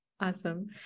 awesome